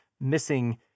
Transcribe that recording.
missing